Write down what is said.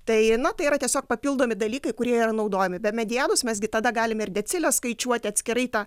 tai na tai yra tiesiog papildomi dalykai kurie yra naudojami be medianos mes gi tada galime ir deciles skaičiuoti atskirai tą